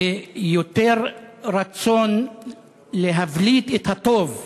ליותר רצון להבליט את הטוב.